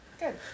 good